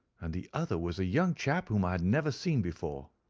and the other was a young chap whom i had never seen before.